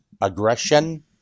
aggression